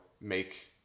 make